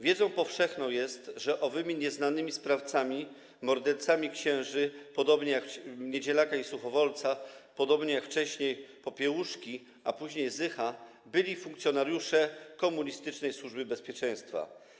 Wiedzą powszechną jest, że owymi nieznanymi sprawcami, mordercami księży Niedzielaka i Suchowolca, podobnie jak wcześniej Popiełuszki, a później Zycha, byli funkcjonariusze komunistycznej Służby Bezpieczeństwa.